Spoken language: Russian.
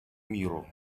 миру